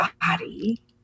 body